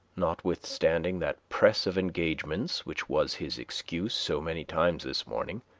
notwithstanding that press of engagements which was his excuse so many times this morning,